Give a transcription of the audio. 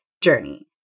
journey